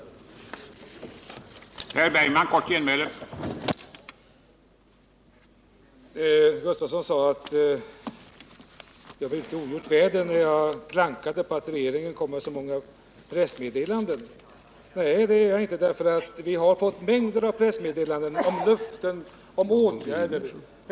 15 december 1978